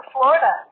Florida